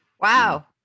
Wow